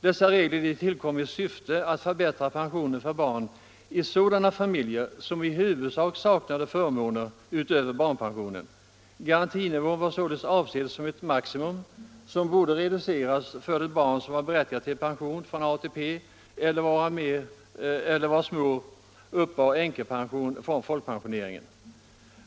Dessa regler tillkom i syfte att förbättra pensionen för barn i sådana familjer som i huvudsak' saknade förmåner utöver barnpensionen. Garantinivån var således avsedd som ett maximum som borde reduceras för det barn som var berättigat till pension från ATP eller vars mor uppbar änkepension från folkpensioneringen.